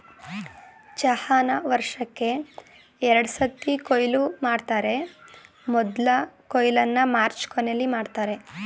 ಚಹಾನ ವರ್ಷಕ್ಕೇ ಎರಡ್ಸತಿ ಕೊಯ್ಲು ಮಾಡ್ತರೆ ಮೊದ್ಲ ಕೊಯ್ಲನ್ನ ಮಾರ್ಚ್ ಕೊನೆಲಿ ಮಾಡ್ತರೆ